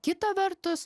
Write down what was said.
kita vertus